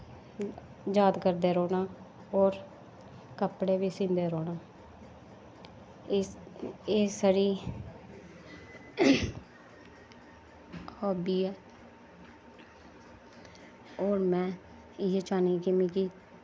याद करदे रौंह्ना होर कपड़े बी सींदे रौंह्ना एह् साढ़ी हॉब्बी ऐ हून में इ'यै चाह्न्नी कि मिगी